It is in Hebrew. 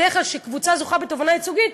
בדרך כלל כשקבוצה זוכה בתובענה ייצוגית,